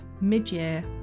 mid-year